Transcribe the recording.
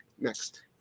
Next